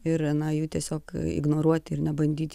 ir na jų tiesiog ignoruoti ir nebandyti